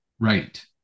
Right